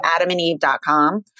adamandeve.com